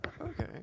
Okay